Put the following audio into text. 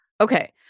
Okay